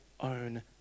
own